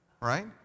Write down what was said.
Right